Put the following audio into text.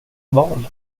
val